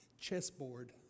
chessboard